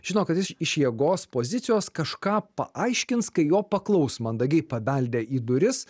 žino kad jis iš jėgos pozicijos kažką paaiškins kai jo paklaus mandagiai pabeldę į duris